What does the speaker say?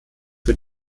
für